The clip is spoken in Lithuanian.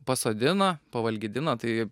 pasodino pavalgydino tai